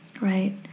right